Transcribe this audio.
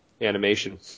animation